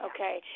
Okay